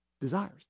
desires